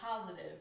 positive